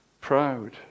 proud